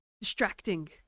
distracting